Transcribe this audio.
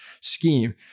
scheme